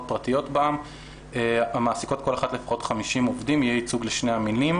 פרטיות בע"מ המעסיקות כל אחת לפחות 50 עובדים יהיה ייצוג לשני המינים,